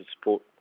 support